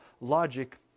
Logic